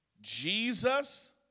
Jesus